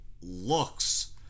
looks